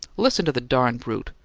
listen to the darn brute!